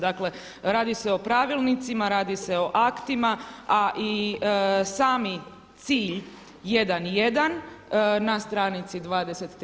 Dakle, radi se o pravilnicima, radi se o aktima, a i sami cilj 1.1 na stranici 23.